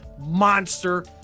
monster